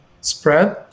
spread